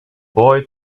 boy